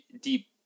deep